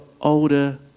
older